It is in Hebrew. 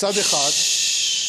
מצד אחד, כאשר, ששש.